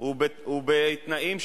בבקשה, אדוני.